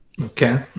Okay